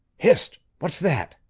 hist! what's that?